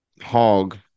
Hog